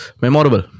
memorable